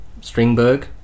Stringberg